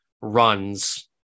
runs